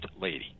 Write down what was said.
lady